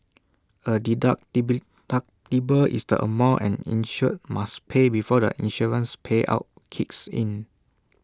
A deduct is the amount an insured must pay before the insurance payout kicks in